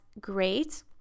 great